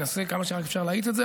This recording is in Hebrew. ננסה כמה שרק אפשר להאיץ את זה,